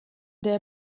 der